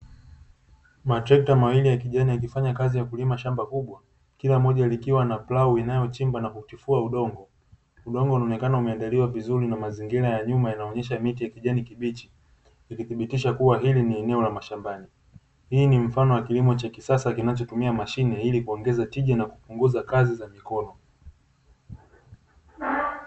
Matrekta mawili ya kijani yakifanya kazi ya kulima shamba kubwa, kila moja likiwa na plau inayochimba na kutifua udongo, udongo unaonekana umeandaliwa vizuri na mazingira ya nyuma inaonyesha miti ya kijani kibichi ikithibitisha kuwa hili ni eneo la mashambani. Hii ni mfano wa kilimo cha kisasa kinachotumia mashine ili kuongeza tija na kupunguza kazi za mikono.